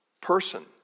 person